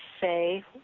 say